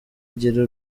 igira